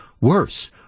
worse